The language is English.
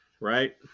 right